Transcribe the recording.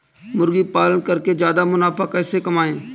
मुर्गी पालन करके ज्यादा मुनाफा कैसे कमाएँ?